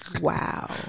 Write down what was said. Wow